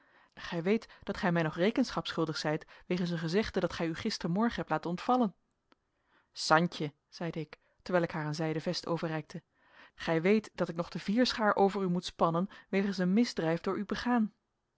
gij weet dat gij mij nog rekenschap schuldig zijt wegens een gezegde dat gij u gistermorgen hebt laten ontvallen santje zeide ik terwijl ik haar een zijden vest overreikte gij weet dat ik nog de vierschaar over u moet spannen wegens een misdrijf door u begaan